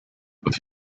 with